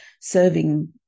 serving